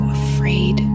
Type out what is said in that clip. afraid